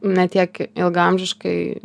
ne tiek ilgaamžiškai